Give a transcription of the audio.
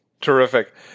Terrific